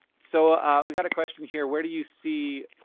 so we've got a question here. where do you see,